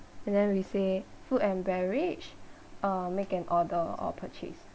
and then we say food and beverage uh make an order or purchase